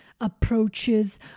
approaches